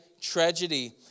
tragedy